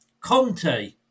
Conte